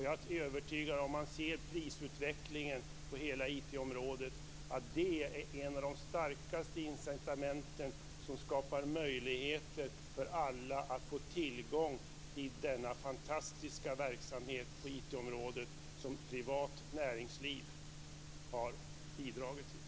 Jag är övertygad om att om man ser på prisutvecklingen på hela IT-området är det ett av de starkaste incitamenten som skapar möjligheter för alla att få tillgång till denna fantastiska verksamhet på IT-området som privat näringsliv har bidragit till.